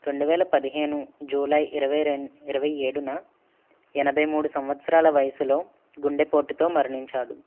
రెండు వేల పదిహేను జూలై ఇరవై రెం ఇరవై ఏడున ఎనభై మూడు సంవత్సరాల వయసులో గుండెపోటుతో మరణించాడు